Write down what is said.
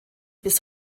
bis